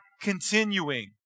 continuing